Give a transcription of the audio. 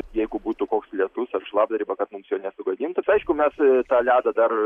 jeigu būtų koks lietus ar šlapdriba kad mums jo nesugadintų tai aišku mes tą ledą dar